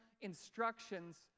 instructions